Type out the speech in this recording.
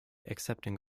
accepting